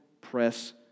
press